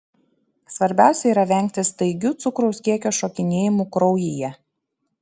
svarbiausia yra vengti staigių cukraus kiekio šokinėjimų kraujyje